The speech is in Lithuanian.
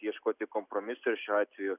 ieškoti kompromisų ir šiuo atveju